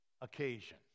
occasion